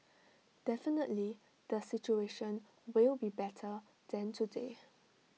definitely the situation will be better than today